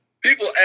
people